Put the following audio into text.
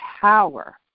power